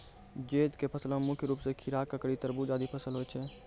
जैद क फसल मे मुख्य रूप सें खीरा, ककड़ी, तरबूज आदि फसल होय छै